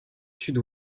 sud